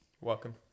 Welcome